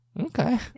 Okay